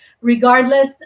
regardless